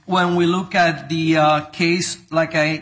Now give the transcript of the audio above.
when we look at the case like i